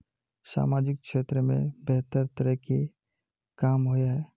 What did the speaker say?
सामाजिक क्षेत्र में बेहतर तरह के काम होय है?